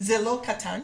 זה לא כמות קטנה.